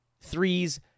threes